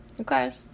Okay